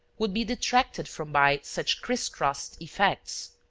would be detracted from by such criss-crossed effects.